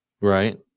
Right